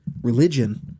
religion